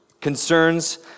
Concerns